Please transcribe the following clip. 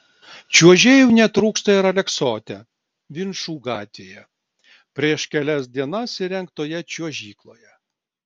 čiuožėjų netrūksta ir aleksote vinčų gatvėje prieš kelias dienas įrengtoje čiuožykloje